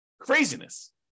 Craziness